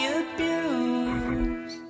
abuse